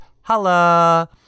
Holla